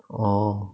orh